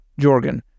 Jorgen